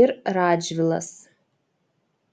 ir radžvilas